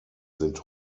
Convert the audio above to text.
sind